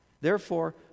Therefore